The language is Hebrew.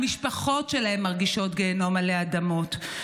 המשפחות שלהם מרגישות גיהינום עלי אדמות,